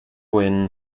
win